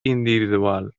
individual